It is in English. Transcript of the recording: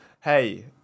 Hey